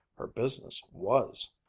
her business was.